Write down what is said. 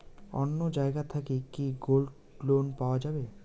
অন্য জায়গা থাকি কি গোল্ড লোন পাওয়া যাবে?